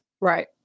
Right